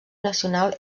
nacional